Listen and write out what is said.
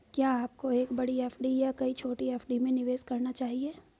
क्या आपको एक बड़ी एफ.डी या कई छोटी एफ.डी में निवेश करना चाहिए?